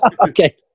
okay